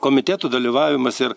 komitetų dalyvavimas ir